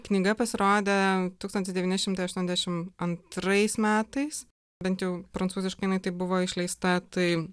knyga pasirodė tūkstantis devyni šimtai aštuoniasdešim antrais metais bent jau prancūziškai jinai taip buvo išleista tai